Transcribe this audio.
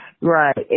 Right